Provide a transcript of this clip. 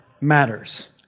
matters